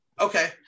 okay